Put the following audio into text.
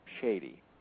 shady